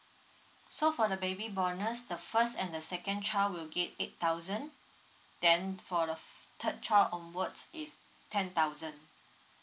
so for the baby bonus the first and the second child will get eight thousand then for the third child onwards is ten thousand